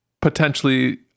potentially